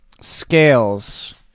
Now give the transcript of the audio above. scales